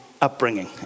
upbringing